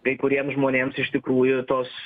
kai kuriems žmonėms iš tikrųjų tos